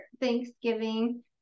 Thanksgiving